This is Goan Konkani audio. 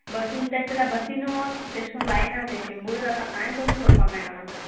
बसीन तेंच जाल्यार बसीन वच तेश कोन जायना ते शेंबर जाता ताकाय कमी करपा मेळणा म्हाका